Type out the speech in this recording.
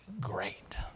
great